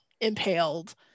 impaled